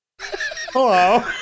Hello